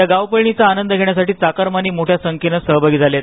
या गावपळणीचा आनंद घेण्यासाठी चाकरमानी मोठ्या संख्येने सहभागी झाले आहेत